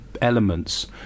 elements